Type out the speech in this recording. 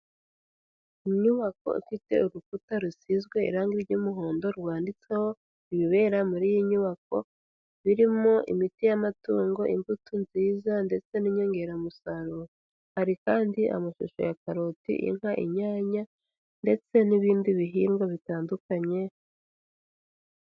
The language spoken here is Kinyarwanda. Inyubako ifite urukuta rusizwe irangi ry'umuhondo rwanditseho ibibera muri iyi nyubako birimo imiti y'amatungo imbuto nziza ndetse n'inyongeramusaruro, Hari kandi amashusho ya karoti ,inka , inyanya ndetse n'ibindi bihingwa bitandukanye.